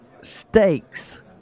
steaks